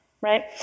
right